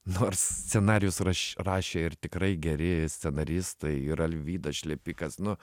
nors scenarijus raš rašė ir tikrai geri scenaristai ir alvydas šlepikas nu